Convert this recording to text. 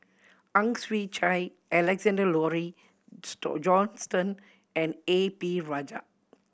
Ang Chwee Chai Alexander Laurie Johnston and A P Rajah